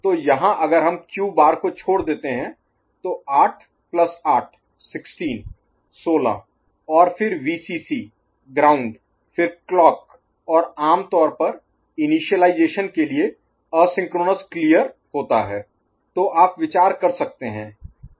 तो यहां अगर हम क्यू बार Q' को छोड़ देते हैं तो 8 प्लस 8 16 और फिर वीसीसी ग्राउंड फिर क्लॉक और आमतौर पर इनिशियलाईजेशन Initialization आरंभीकरण के लिए असिंक्रोनस क्लियर Asynchronous Clear अतुल्यकालिक स्पष्ट होता है